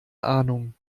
ahnung